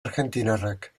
argentinarrak